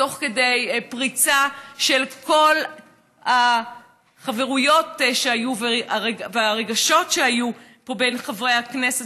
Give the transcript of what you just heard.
תוך פריצה של כל החברויות והרגשות שהיו פה בין חברי הכנסת,